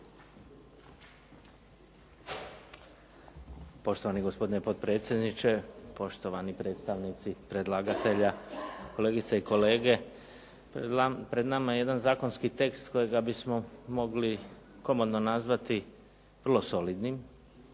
Poštovani gospodine potpredsjedniče, poštovani predstavnici predlagatelja, kolegice i kolege. Pred nama je zakonski tekst koji bismo mogli komotno nazvati vrlo solidnim.